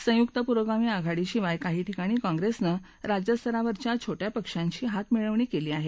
संयुक्त पुरोगामी आघाडीशिवाय काही ठिकाणी कॉंप्रेसनं राज्यस्तरावरच्या छोटया पक्षांशी हातमिळवणी केली आहे